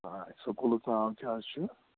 اَچھا سکوٗلُک ناو کیٛاہ حظ چھُ